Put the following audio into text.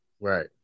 right